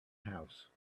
house